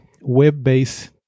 web-based